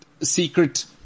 secret